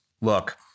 Look